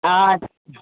हा